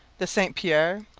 the st pierre,